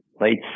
late